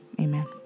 amen